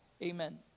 Amen